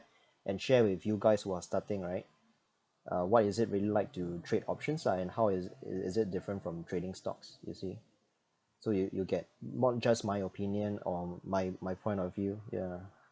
and share with you guys who are starting right uh what is it really like to trade options lah and how is it is it different from trading stocks you see so you you get not just my opinion or my my point of view ya